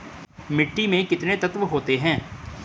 मिट्टी में कितने तत्व होते हैं?